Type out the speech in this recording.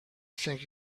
think